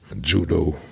judo